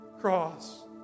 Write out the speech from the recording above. cross